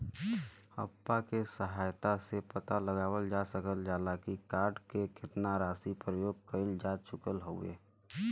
app के सहायता से पता लगावल जा सकल जाला की कार्ड से केतना राशि प्रयोग कइल जा चुकल हउवे